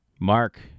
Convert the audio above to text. Mark